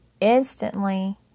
instantly